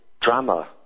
drama